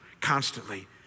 Constantly